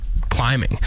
climbing